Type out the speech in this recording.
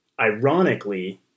Ironically